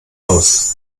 aus